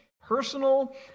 personal